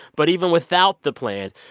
but even without the plan,